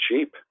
cheap